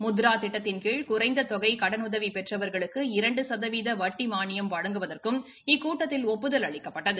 முத்ரா திட்டத்தின்கீழ் குறைந்த தொகை கடனுதவி பெற்றவர்களுக்கு இரண்டு சதவீத வட்டி மானியம் வழங்குவதற்கும் இக்கூட்டத்தில் ஒப்புதல் அளிக்கப்பட்டது